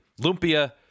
lumpia